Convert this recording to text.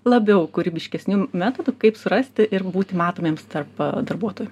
labiau kūrybiškesnių metodų kaip surasti ir būti matomiems tarp darbuotojų